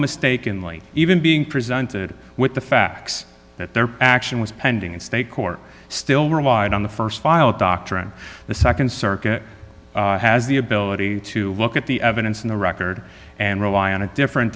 mistakenly even being presented with the facts that their action was pending in state court still relied on the st filed doctrine the nd circuit has the ability to look at the evidence in the record and rely on a different